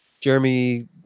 Jeremy